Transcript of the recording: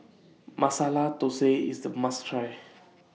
Masala Thosai IS A must Try